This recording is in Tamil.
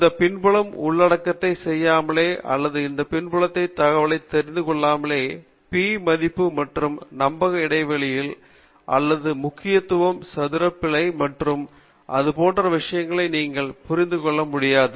இந்த பின்புல உள்ளடக்கத்தை செய்யாமலோ அல்லது இந்த பின்புலத் தகவலைத் தெரிந்துகொள்ளாமலேயே P மதிப்பு அல்லது நம்பக இடைவெளிகளால் அல்லது முக்கியத்துவம் சதுர பிழை மற்றும் அது போன்ற விஷயங்களை நீங்கள் புரிந்து கொள்ள முடியாது